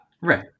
Right